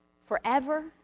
forever